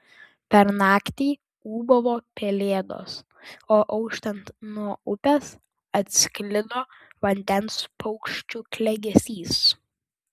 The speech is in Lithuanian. per naktį ūbavo pelėdos o auštant nuo upės atsklido vandens paukščių klegesys